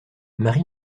marie